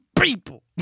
people